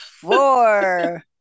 four